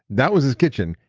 that was his kitchen,